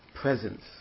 presence